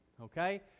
Okay